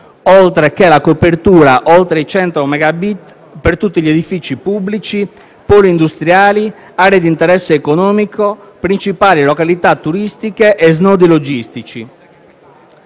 della popolazione italiana, oltre che per tutti gli edifici pubblici, poli industriali, aree di interesse economico principali località turistiche e snodi logistici,